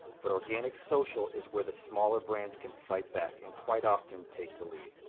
but organic social is where the smaller brands can fight back, and quite often take the lead.